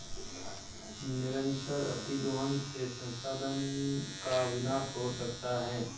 निरंतर अतिदोहन से संसाधन का विनाश हो सकता है